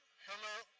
hello!